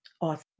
Awesome